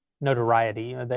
notoriety